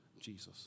Jesus